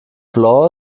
blanc